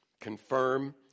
confirm